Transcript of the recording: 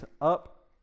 up